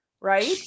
right